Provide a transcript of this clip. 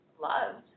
loved